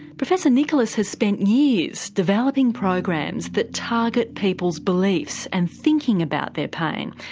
professor nicholas has spent years developing programs that target people's beliefs and thinking about their pain,